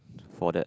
for that